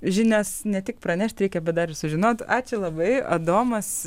žinias ne tik pranešt reikia bet dar sužinot ačiū labai adomas